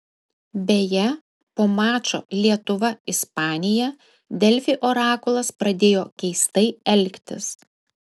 beje po mačo lietuva ispanija delfi orakulas pradėjo keistai elgtis